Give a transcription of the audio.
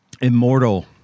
Immortal